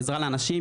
בעזרה לאנשים,